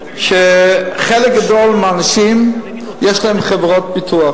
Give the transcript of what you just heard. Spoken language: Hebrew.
חלק גדול מהאנשים יש להם ביטוח בחברות ביטוח.